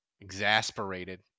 exasperated